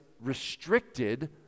restricted